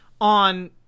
on